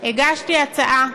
הגשתי הצעה,